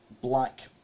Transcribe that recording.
black